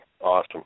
awesome